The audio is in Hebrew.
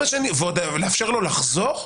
ועוד לאפשר לו לחזור?